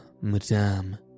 madame